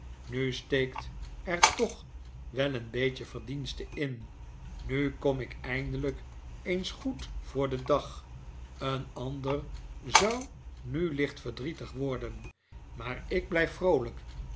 nu steekt er toch wel een beetje verdienste inl nu kom ik eindelijk eens goed voor den dag een ander zou nu licht verdrietig worden maar ik blijf vroolijk